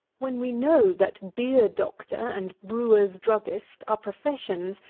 when we know, that beer-doctor and brewers'-druggist are professions,